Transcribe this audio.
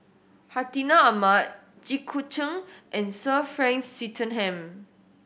Hartinah Ahmad Jit Koon Ch'ng and Sir Frank Swettenham